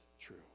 true